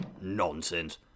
Nonsense